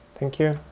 thank you!